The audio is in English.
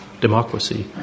democracy